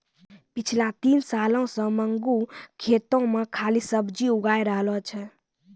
पिछला तीन सालों सॅ मंगरू खेतो मॅ खाली सब्जीए उगाय रहलो छै